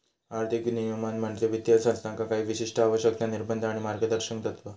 आर्थिक नियमन म्हणजे वित्तीय संस्थांका काही विशिष्ट आवश्यकता, निर्बंध आणि मार्गदर्शक तत्त्वा